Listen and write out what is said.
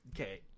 okay